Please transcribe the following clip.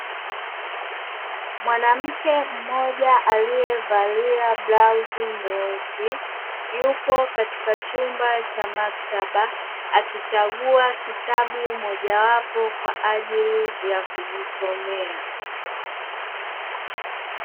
Mwanamke mmoja aliyevalia blauzi nyeusi yupo katika chumba cha maktaba, akichagua kitabu mojawapo kwa ajili ya kujisomea.